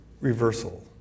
reversal